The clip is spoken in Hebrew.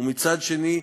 ומצד שני,